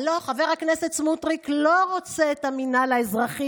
הלוא חבר הכנסת סמוטריץ' לא רוצה את המינהל האזרחי